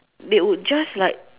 they would just like